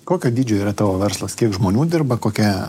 kokio dydžio yra tavo verslas kiek žmonių dirba kokia